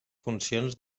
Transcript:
funcions